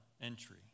entry